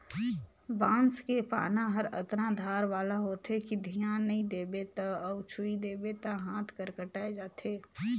बांस के पाना हर अतना धार वाला होथे कि धियान नई देबे त अउ छूइ देबे त हात हर कटाय जाथे